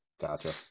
gotcha